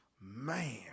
Man